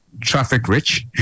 traffic-rich